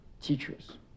teachers